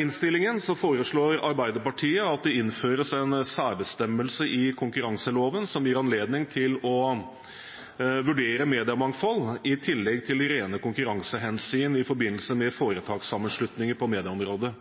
innstillingen foreslår Arbeiderpartiet at det innføres en særbestemmelse i konkurranseloven som gir anledning til å vurdere mediemangfold i tillegg til de rene konkurransehensyn i forbindelse med foretakssammenslutninger på medieområdet.